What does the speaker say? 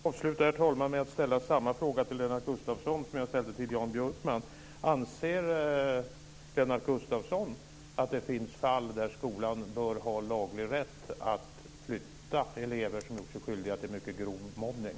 Herr talman! Jag vill avsluta med att ställa samma fråga till Lennart Gustavsson som jag ställde till Jan Björkman: Anser Lennart Gustavsson att det finns fall där skolan bör ha laglig rätt att flytta elever som gjort sig skyldiga till mycket grov mobbning?